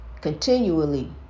continually